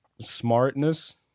smartness